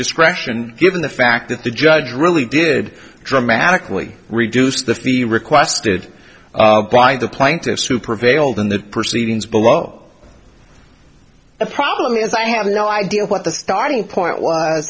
discretion given the fact that the judge really did dramatically reduce the fee requested by the plaintiffs who prevailed in the proceedings below the problem is i have no idea what the starting point